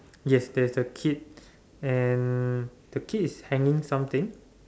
yes there's a kid and the kid is hanging something